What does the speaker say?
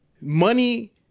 money